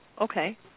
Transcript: Okay